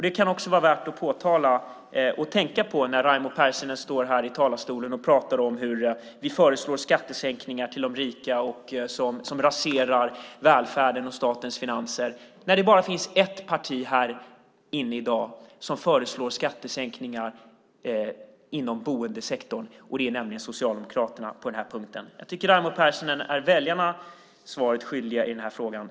Det kan också vara värt att påtala och tänka på när Raimo Pärssinen står här i talarstolen och pratar om att vi föreslår skattesänkningar till de rika som raserar välfärden och statens finanser. Det finns bara ett parti här inne i dag som föreslår skattesänkningar inom boendesektorn, nämligen Socialdemokraterna. Jag tycker att Raimo Pärssinen är väljarna svaret skyldig i den här frågan.